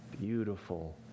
beautiful